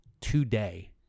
today